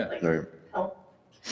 help